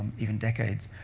even decades,